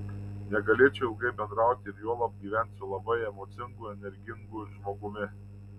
negalėčiau ilgai bendrauti ir juolab gyventi su labai emocingu energingu žmogumi